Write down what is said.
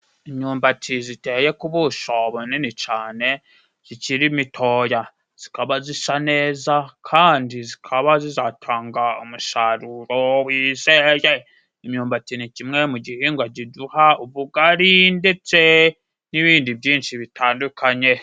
Imyumbati ziteye ku buso bunini cane, zikiri mitoya zikaba zisa neza, kandi zikaba zizatanga umusaruro wizeye. Imyumbati ni kimwe mu gihingwa kiduha ubugari ndetse n'ibindi byinshi bitandukanye.